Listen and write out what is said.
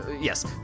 yes